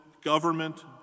government